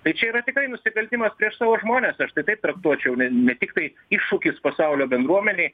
tai čia yra tikrai nusikaltimas prieš savo žmones aš tai taip traktuočiau ne ne tiktai iššūkis pasaulio bendruomenei